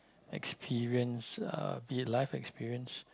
experience uh be it life experience